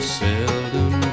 seldom